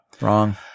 Wrong